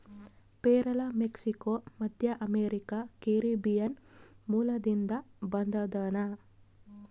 ಪೇರಲ ಮೆಕ್ಸಿಕೋ, ಮಧ್ಯಅಮೇರಿಕಾ, ಕೆರೀಬಿಯನ್ ಮೂಲದಿಂದ ಬಂದದನಾ